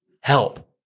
help